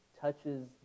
touches